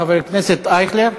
חבר הכנסת אייכלר.